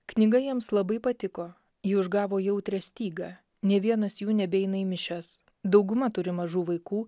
knyga jiems labai patiko ji užgavo jautrią stygą nė vienas jų nebeina į mišias dauguma turi mažų vaikų